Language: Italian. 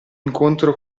incontro